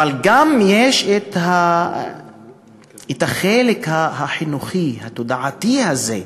אבל גם יש את החלק החינוכי, התודעתי הזה,